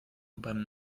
beim